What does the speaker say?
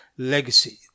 legacy